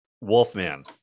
Wolfman